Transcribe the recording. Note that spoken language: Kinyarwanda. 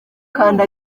kandi